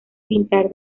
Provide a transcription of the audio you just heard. pintar